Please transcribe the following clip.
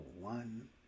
one